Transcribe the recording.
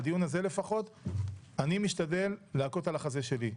שהדיון הזה לפחות אני משתדל להכות על החזה שלי,